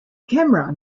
camera